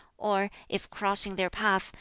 or, if crossing their path,